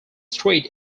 street